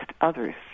others